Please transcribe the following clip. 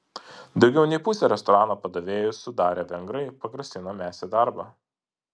daugiau nei pusę restorano padavėjų sudarę vengrai pagrasino mesią darbą